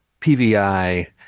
pvi